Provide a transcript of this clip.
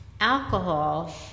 Alcohol